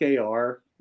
AR